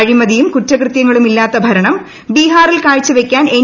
അഴിമതിയും കുറ്റകൃത്യങ്ങളും ഇല്ലാത്ത ഭരണം ബിഹാറിൽ കാഴ്ച വയ്ക്കാൻ എൻ